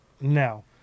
no